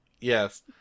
Yes